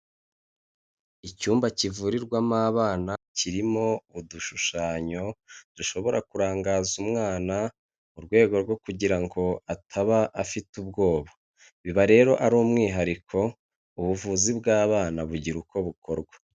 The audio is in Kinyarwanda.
Icyumba kivurirwamo abana, kirimo udushushanyo dushobora kurangaza umwana mu rwego rwo kugira ngo ataba afite ubwoba. Biba rero ari umwihariko, ubuvuzi bw'abana bugira uko bukorwa.